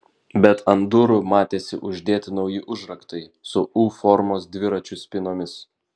bet ant durų matėsi uždėti nauji užraktai su u formos dviračių spynomis